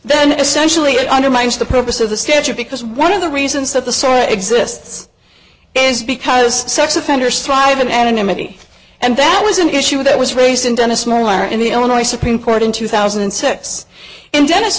then essentially it undermines the purpose of the statue because one of the reasons that the sari exists is because sex offender strive in anonymity and that was an issue that was raised in dennis miller in the illinois supreme court in two thousand and six and dennis